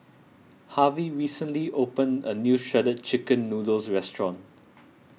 Harvy recently opened a new Shredded Chicken Noodles restaurant